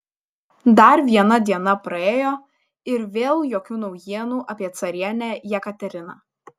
dar viena diena praėjo ir vėl jokių naujienų apie carienę jekateriną